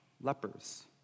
lepers